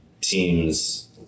teams